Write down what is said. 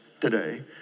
today